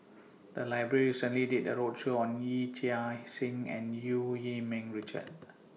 The Library recently did A roadshow on Yee Chia Hsing and EU Yee Ming Richard